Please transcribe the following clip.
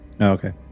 Okay